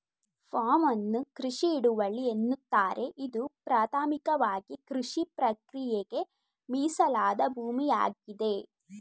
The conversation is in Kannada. ಫಾರ್ಮ್ ಅನ್ನು ಕೃಷಿ ಹಿಡುವಳಿ ಎನ್ನುತ್ತಾರೆ ಇದು ಪ್ರಾಥಮಿಕವಾಗಿಕೃಷಿಪ್ರಕ್ರಿಯೆಗೆ ಮೀಸಲಾದ ಭೂಮಿಯಾಗಿದೆ